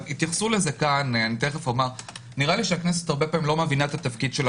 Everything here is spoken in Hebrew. גם התייחסו לזה כאן - לא מבינה את תפקידה